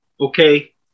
okay